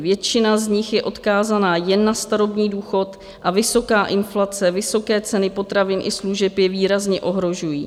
Většina z nich je odkázaná jen na starobní důchod a vysoká inflace, vysoké ceny potravin i služeb je výrazně ohrožují.